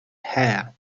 hair